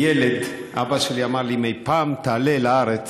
כילד, אבא שלי אמר לי: אם אי פעם תעלה לארץ,